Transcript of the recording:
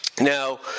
Now